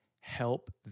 help